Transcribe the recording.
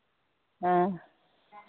हाँ